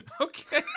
Okay